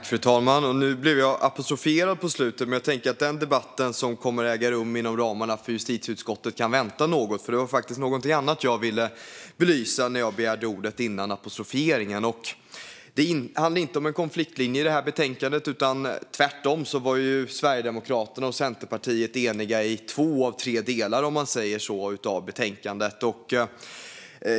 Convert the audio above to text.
Fru talman! Jag blev apostroferad på slutet, men jag tänker att den debatt som kommer att äga rum inom ramarna för justitieutskottet kan vänta något. Jag ville nämligen belysa något annat när jag begärde ordet före apostroferingen. Det handlar inte om en konfliktlinje i betänkandet, utan tvärtom. Sverigedemokraterna och Centerpartiet var eniga i fråga om två av tre delar, om man säger så, av betänkandet.